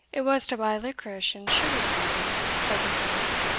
it was to buy liquorice and sugar-candy, said the cynic,